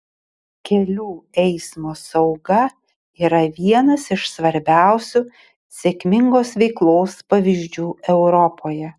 kelių eismo sauga yra vienas iš svarbiausių sėkmingos veiklos pavyzdžių europoje